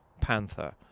panther